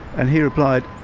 and he replied,